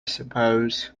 suppose